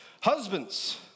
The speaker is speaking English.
Husbands